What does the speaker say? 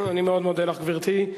אני מאוד מודה לך, גברתי.